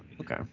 okay